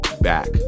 back